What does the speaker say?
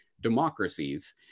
democracies